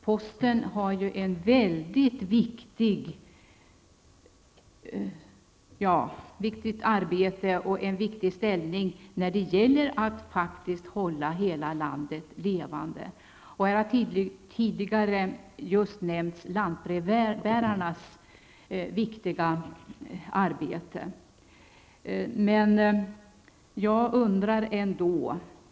Posten utför ett mycket viktigt arbete och har en viktig ställning när det gäller att hålla hela landet levande. Lantbrevbärarnas viktiga arbete har tidigare nämnts.